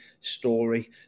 story